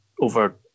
over